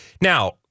now